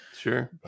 sure